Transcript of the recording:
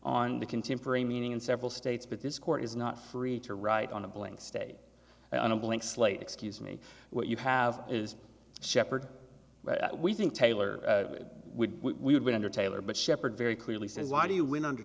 on the contemporary meaning in several states but this court is not free to write on a blank stay on a blank slate excuse me what you have is shepherd we think taylor we have been under taylor but shepherd very clearly says why do you when under